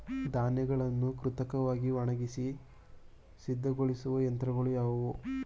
ಧಾನ್ಯಗಳನ್ನು ಕೃತಕವಾಗಿ ಒಣಗಿಸಿ ಸಿದ್ದಗೊಳಿಸುವ ಯಂತ್ರಗಳು ಯಾವುವು?